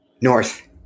north